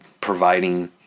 providing